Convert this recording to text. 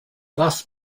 thus